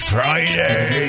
Friday